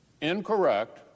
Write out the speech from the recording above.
incorrect